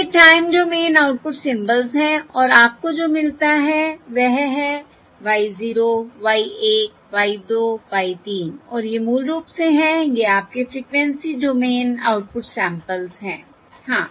ये time domain output symbols हैं और आपको जो मिलता है वह है Y 0 Y 1 Y 2 Y 3 और ये मूल रूप से हैं ये आपके फ़्रीक्वेंसी डोमेन आउटपुट सैंपल्स हैं हाँ